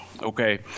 okay